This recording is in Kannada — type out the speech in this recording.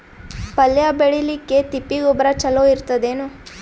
ಪಲ್ಯ ಬೇಳಿಲಿಕ್ಕೆ ತಿಪ್ಪಿ ಗೊಬ್ಬರ ಚಲೋ ಇರತದೇನು?